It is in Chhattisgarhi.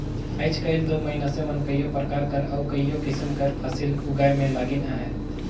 आएज काएल दो मइनसे मन कइयो परकार कर अउ कइयो किसिम कर फसिल उगाए में लगिन अहें